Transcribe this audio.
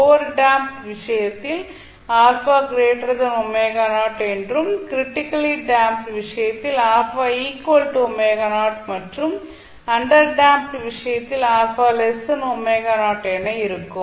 over damped விஷயத்தில் என்றும் critically damped விஷயத்தில் மற்றும் அண்டர் டேம்ப்ட் விஷயத்தில்என இருக்கும்